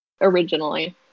originally